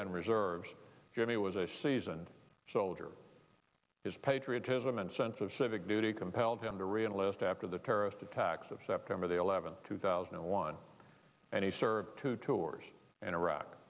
and reserves jimmy was a seasoned soldier his patriotism and sense of civic duty compelled him to re enlist after the terrorist attacks of september the eleventh two thousand and one and he served two tours in iraq